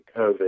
COVID